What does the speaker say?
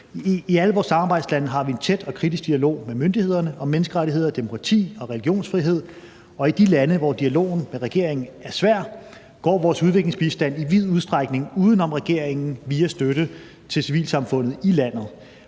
I alle vores samarbejdslande har vi en tæt og kritisk dialog med myndighederne om menneskerettigheder, demokrati og religionsfrihed, og i de lande, hvor dialogen med regeringen er svær, går vores udviklingsbistand i vid udstrækning uden om regeringen via støtte til civilsamfundet i landet.